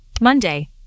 Monday